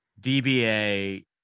DBA